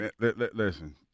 Listen